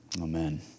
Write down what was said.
Amen